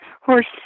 horse